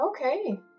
Okay